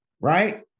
right